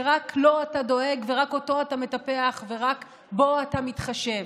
שרק לו אתה דואג ורק אותו אתה מטפח ורק בו אתה מתחשב.